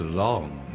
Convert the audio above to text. long